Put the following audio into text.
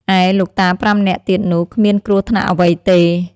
ឯលោកតា៥នាក់ទៀតនោះ គ្មានគ្រោះថ្នាក់អ្វីទេ។